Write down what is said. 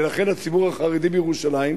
ולכן הציבור החרדי בירושלים,